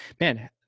man